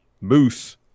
Moose